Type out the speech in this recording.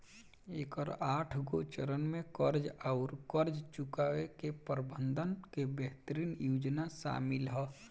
एकर आठगो चरन में कर्ज आउर कर्ज चुकाए के प्रबंधन के बेहतरीन योजना सामिल ह